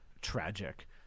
tragic